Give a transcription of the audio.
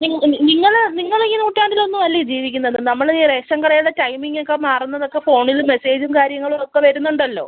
നിങ്ങൾ നിങ്ങൾ ഈ നൂറ്റാണ്ടിൽ ഒന്നും അല്ലേ ജീവിക്കുന്നത് നമ്മൾ റേഷൻ കടയുടെ ടൈമിംങ് ഒക്കെ മാറുന്നതൊക്കെ ഫോണിൽ മെസ്സേജും കാര്യങ്ങളും ഒക്കെ വരുന്നുണ്ടല്ലോ